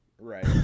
Right